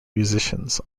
musicians